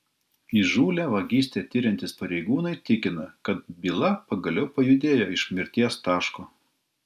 įžūlią vagystę tiriantys pareigūnai tikina kad byla pagaliau pajudėjo iš mirties taško